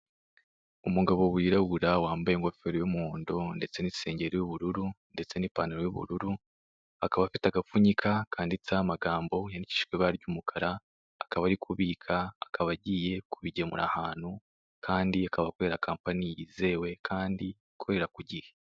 Umugabo wirabura wambaye ingofero y'umuhondo ndetse n'isengeri y'ubururu ndetse n'ipanantaro y'ubururu akaba afite agapfunyika kanditseho amagambo yandikishijweho ibara ry'umukara akaba ari kubika akaba agiye kubigemura ahantu kandi akaba akorera kampan yizewe, kandi ikorera ku gihe.